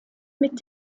mit